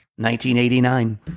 1989